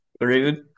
Rude